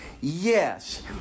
Yes